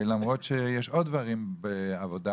למרות שיש עוד נושאים בעבודה,